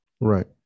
Right